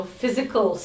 physical